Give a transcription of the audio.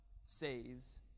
saves